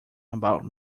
about